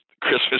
christmas